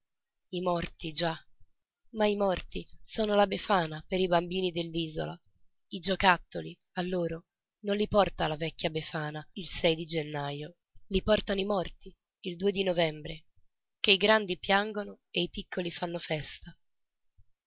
i morti già ma i morti sono la befana per i bambini dell'isola i giocattoli a loro non li porta la vecchia befana il sei di gennajo li portano i morti il due di novembre che i grandi piangono e i piccoli fanno festa